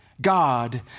God